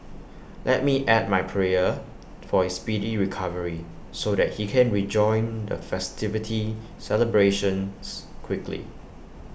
let me add my prayer for his speedy recovery so that he can rejoin the festivity celebrations quickly